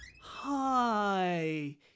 Hi